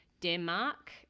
Denmark